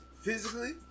physically